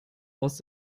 aus